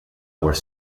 were